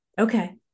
Okay